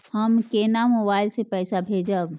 हम केना मोबाइल से पैसा भेजब?